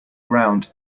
ground